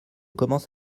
commence